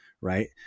right